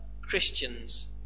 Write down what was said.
Christians